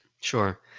Sure